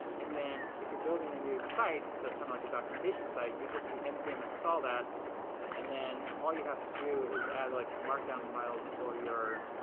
and then if you're building a new site that's kind of like a documentation site, you just npm install that and then all you have to do is add like some markdown files for your